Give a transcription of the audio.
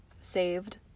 saved